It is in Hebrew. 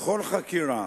בכל חקירה